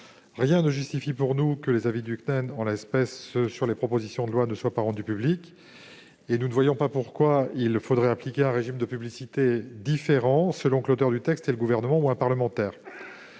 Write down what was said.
paraît justifier que les avis du CNEN, en l'espèce sur les propositions de loi, ne soient pas rendus publics. Et nous ne voyons pas pourquoi il faudrait appliquer un régime de publicité différent selon que l'auteur du texte est le Gouvernement ou un parlementaire.